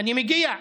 אני מגיע לזה.